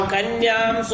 Kanyam